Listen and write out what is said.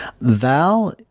Val